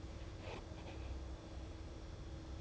err furthermore I don't have to pay the training bond leh